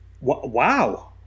wow